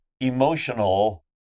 emotional